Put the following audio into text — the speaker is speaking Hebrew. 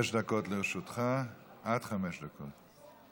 חמש דקות לרשותך, עד חמש דקות.